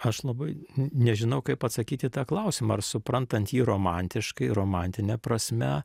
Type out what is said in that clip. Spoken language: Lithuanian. aš labai nežinau kaip atsakyti į tą klausimą ar suprantant jį romantiškai romantine prasme